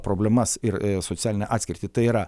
problemas ir socialinę atskirtį tai yra